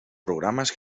programes